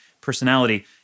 personality